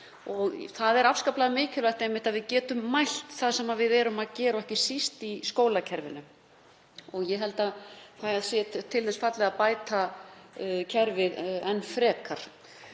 Það er afskaplega mikilvægt að við getum mælt það sem við erum að gera og ekki síst í skólakerfinu. Ég held að það sé til þess fallið að bæta kerfið enn frekar.